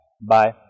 Bye